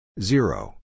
Zero